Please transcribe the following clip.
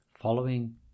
following